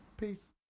Peace